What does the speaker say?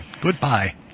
Goodbye